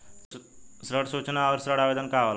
ऋण सूचना और ऋण आवेदन का होला?